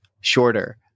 shorter